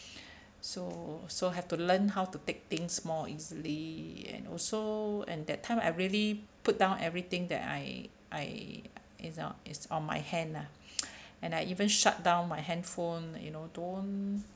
so so have to learn how to take things more easily and also and that time I really put down everything that I I is o~ is on my hand lah and I even shut down my handphone you know don't